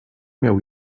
miał